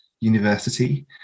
University